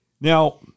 Now